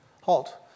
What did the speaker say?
halt